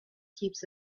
keeps